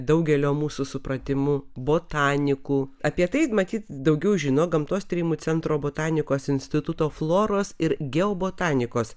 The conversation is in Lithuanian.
daugelio mūsų supratimu botanikų apie tai matyt daugiau žino gamtos tyrimų centro botanikos instituto floros ir geobotanikos